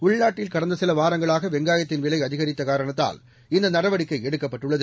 உள்நாட்டில் கடந்த சில வாரங்களாக வெங்காயத்தின் விலை அதிகரித்த காரணத்தால் இந்த நடவடிக்கை எடுக்கப்பட்டுள்ளது